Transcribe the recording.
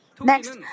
Next